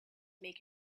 make